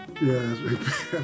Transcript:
Yes